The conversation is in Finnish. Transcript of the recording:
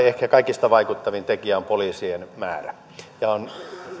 ehkä kaikista vaikuttavin tekijä on poliisien määrä on